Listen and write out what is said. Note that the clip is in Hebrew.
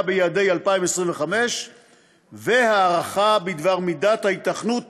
ביעדי 2025 והערכה בדבר מידת ההיתכנות